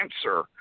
answer